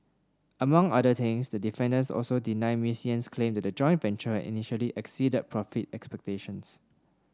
among other things the defendants also deny Ms Yen's claims that the joint venture had initially exceeded profit expectations